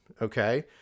okay